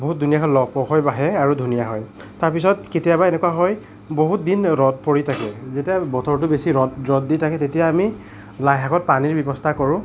বহুত ধুনীয়াকৈ লহপহকৈ বাঢ়ে আৰু ধুনীয়া হয় তাৰ পিছত কেতিয়াবা এনেকুৱা হয় বহুত দিন ৰ'দ পৰি থাকে যেতিয়া বতৰটো বেছি ভাল ৰ'দ ৰ'দ দি থাকে তেতিয়া আমি লাই শাকত পানীৰ ব্যৱস্থা কৰোঁ